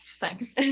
Thanks